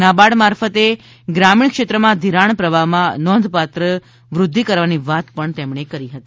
નાબાર્ડ મારફતે ગ્રામીણ ક્ષેત્રમાં ઘિરાણ પ્રવાહમાં નોંધપાત્ર વૃદ્ધિ કરવાની વાત પણ તેમણે કરી હતી